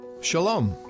Shalom